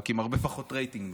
רק עם הרבה פחות רייטינג מרדיו.